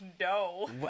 No